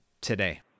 today